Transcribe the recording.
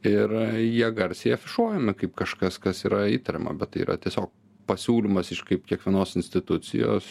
ir jie garsiai afišuojama kaip kažkas kas yra įtariama bet yra tiesiog pasiūlymas iš kaip kiekvienos institucijos